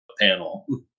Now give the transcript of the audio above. panel